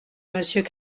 monsieur